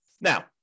Now